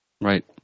Right